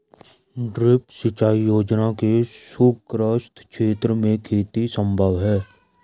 drip सिंचाई योजना से सूखाग्रस्त क्षेत्र में खेती सम्भव है